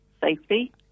safety